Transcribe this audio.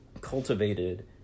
cultivated